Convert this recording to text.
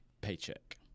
paycheck